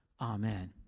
Amen